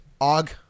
Og